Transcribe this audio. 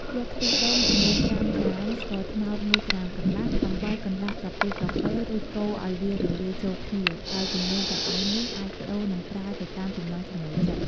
យកខ្ទិះដូង ចំនួន៥ក្រាម ស្ករត្នោត១ក្រាមកន្លះ អំបិលកន្លះស្លាបព្រាកាហ្វេ រួចកូរឱ្យវារលាយចូលគ្នា ដោយចំនួនទាំងអស់នេះអាចប្ដូរនិងប្រើទៅតាមចំណង់ចំណូលចិត្ត។